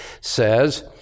says